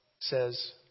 says